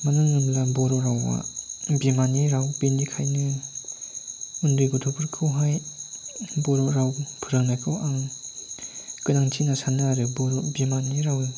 मानो होनोब्ला बर' रावआ बिमानि राव बेनिखायनो उन्दै गथ'फोरखौहाय बर' राव फोरोंनायखौ आं गोनांथि होनना सान्दों आरो बर' बिमानि रावखौ